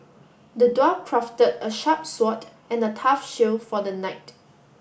the dwarf crafted a sharp sword and a tough shield for the knight